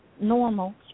normal